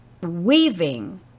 weaving